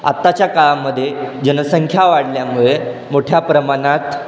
आत्ताच्या काळामध्ये जनसंख्या वाढल्यामुळे मोठ्या प्रमाणात